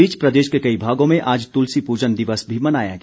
इस बीच प्रदेश के कई भागों में आज तुलसी पूजन दिवस भी मनाया गया